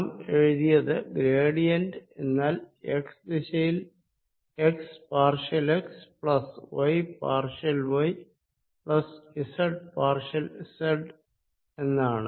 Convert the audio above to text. നാം എഴുതിയത് ഗ്രേഡിയന്റ് എന്നാൽ x ദിശയിൽ x partial x plus y partial y plus z partial z എന്നാണ്